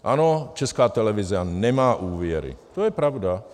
Ano, Česká televize nemá úvěry, to je pravda.